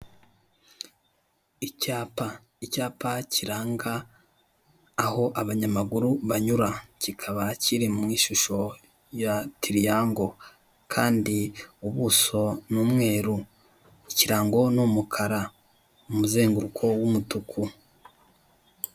Icyapa, icyapa kiranga aho abanyamaguru banyura kikaba kiri mu ishusho ya tiriyango kandi ubuso ni umweru, ikirango ni umukara, umuzenguruko w'umutuku.